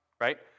right